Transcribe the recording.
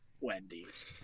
wendy's